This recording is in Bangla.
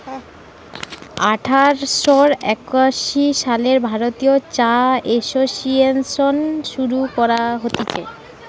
আঠার শ একাশি সালে ভারতীয় চা এসোসিয়েসন শুরু করা হতিছে